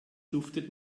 duftet